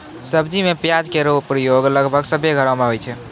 सब्जी में प्याज केरो प्रयोग लगभग सभ्भे घरो म होय छै